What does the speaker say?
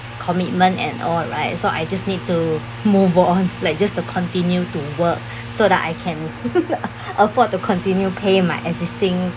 commitment and all right so I just need to move on like just to continue to work so that I can afford to continue pay my existing